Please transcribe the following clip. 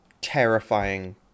terrifying